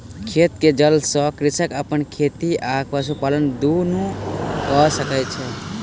खेत के जल सॅ कृषक अपन खेत आ पशुपालन दुनू कय सकै छै